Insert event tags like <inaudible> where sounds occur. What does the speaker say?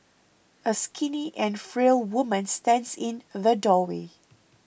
a skinny and frail woman stands in <hesitation> the doorway